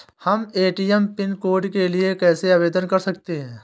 हम ATM pin code के लिए कैसे आवेदन कर सकते हैं?